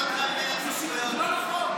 זה לא נכון.